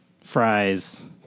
fries